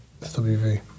SWV